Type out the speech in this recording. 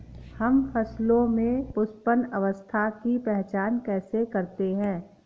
हम फसलों में पुष्पन अवस्था की पहचान कैसे करते हैं?